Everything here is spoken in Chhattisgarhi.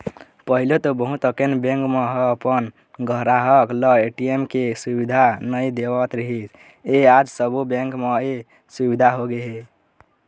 पहिली तो बहुत अकन बेंक मन ह अपन गराहक ल ए.टी.एम के सुबिधा नइ देवत रिहिस हे आज सबो बेंक म ए सुबिधा होगे हे